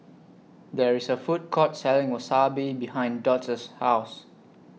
There IS A Food Court Selling Wasabi behind Dot's House